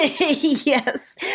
Yes